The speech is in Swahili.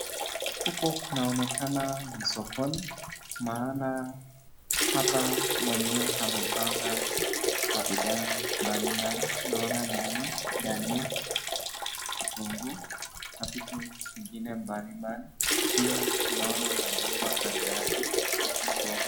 Hku kunaonekana ni sokoni maana hapa mwenye amepanga mabidhaa yake mbalimbali, tunaona nyanya, Dania, vitunguu na vitu zingine mbalimbali pia tunaona machungwa kando yake pilipili hoho.